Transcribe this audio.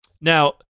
Now